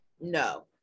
no